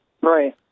Right